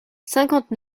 cinquante